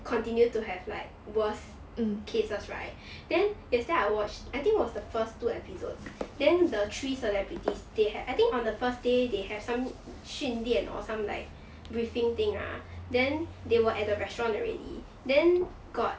continue to have like worse cases right then yesterday I watched I think was the first two episodes then the three celebrities they had I think on the first day they have some 训练 or some like briefing thing ah then they were at the restaurant already then got